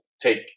take